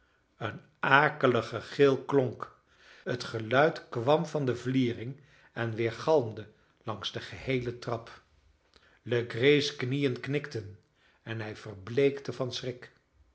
een akelige gil klonk het geluid kwam van de vliering en weergalmde langs de geheele trap legree's knieën knikten en hij verbleekte van schrik